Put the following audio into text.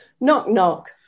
Knock-knock